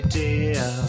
dear